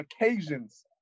occasions